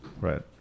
Right